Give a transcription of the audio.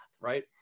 right